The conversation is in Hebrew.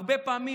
הרבה פעמים,